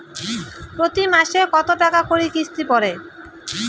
প্রতি মাসে কতো টাকা করি কিস্তি পরে?